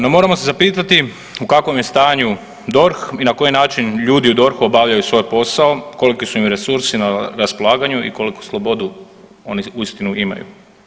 No, moramo se zapitati u kakvom je stanju DORH i na koji način ljudi u DORH-u obavljaju svoj posao, koliki su im resursi na raspolaganju i koliku slobodu oni uistinu imaju.